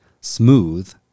smooth